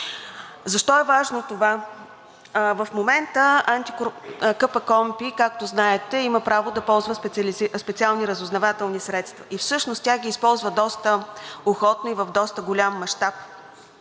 Защо е важно това? В момента КПКОНПИ, както знаете, има право да ползва специални разузнавателни средства. Всъщност тя ги използва доста охотно и в доста голям мащаб.